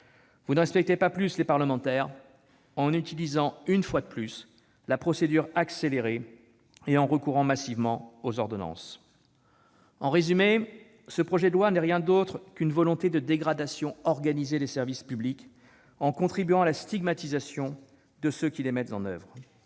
Vous ne respectez pas plus les parlementaires en utilisant, une fois de plus, la procédure accélérée et en recourant massivement aux ordonnances. En résumé, ce projet de loi n'est rien d'autre qu'une volonté de dégradation organisée des services publics ; il contribue à la stigmatisation de ceux qui les mettent en oeuvre.